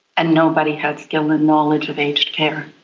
and nobody had skill and knowledge of aged care.